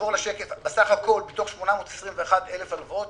בסך הכול, מתוך 821,000 הלוואות